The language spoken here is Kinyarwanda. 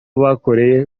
bakoreye